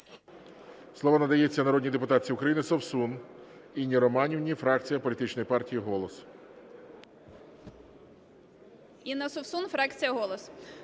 Слово надається народній депутатці України Совсун Інні Романівні, фракція політичної партії "Голос".